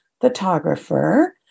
Photographer